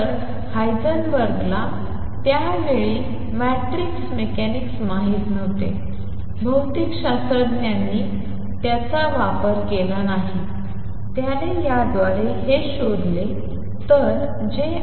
तर हायझेनबर्गला त्या वेळी मॅट्रिक्स मेकॅनिक्स माहित नव्हते भौतिकशास्त्रज्ञांनी त्यांचा वापर केला नाही त्याने याद्वारे हे शोधले